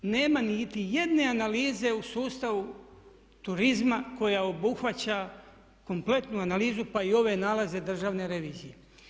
Nema niti jedne analize u sustavu turizma koja obuhvaća kompletnu analizu pa i ove nalaze Državne revizije.